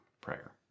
prayer